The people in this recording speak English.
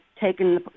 taken